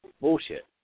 Bullshit